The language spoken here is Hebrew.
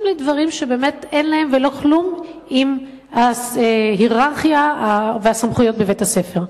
לדברים שאין להם ולא כלום עם ההייררכיה והסמכויות בבית-הספר.